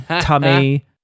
Tummy